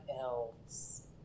Elves